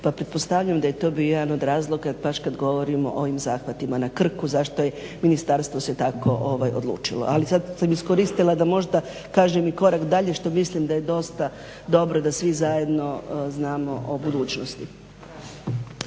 pa pretpostavljam da je to bio jedan od razloga baš kada govorimo o ovim zahvatima na Krku zašto je se ministarstvo tako odlučilo. Ali sada sam iskoristila da možda kažem i korak dalje što mislim da je dosta dobro da svi zajedno znamo o budućnosti.